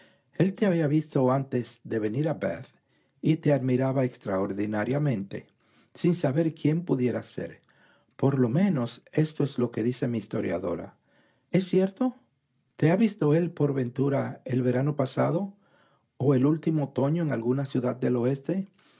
el te había visto antes de venir a bath y te admiraba extraordinariamente sin saber quién pudieras ser por lo menos esto es lo que dice mi historiadora es cierto te ha visto él por ventura el verano pasado o el último otoño en alguna ciudad del oeste